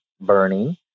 burning